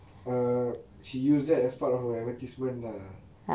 err she used that as part of her advertisement lah